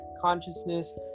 consciousness